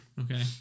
okay